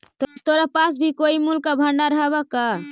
तोरा पास भी कोई मूल्य का भंडार हवअ का